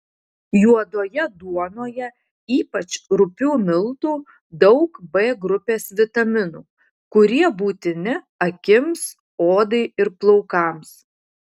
juodoje duonoje ypač rupių miltų daug b grupės vitaminų kurie būtini akims odai ir plaukams